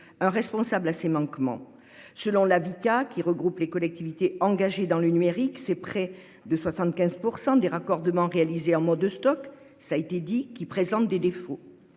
un responsable à ces manquements. Selon l'Avicca, qui regroupe les collectivités engagées dans le numérique, près de 75 % des raccordements réalisés en mode Stoc présentent des défauts.